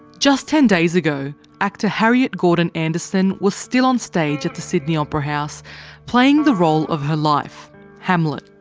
just ten days ago actor harriet gordon-anderson was still on stage at the sydney opera house playing the role of her life hamlet.